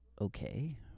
Okay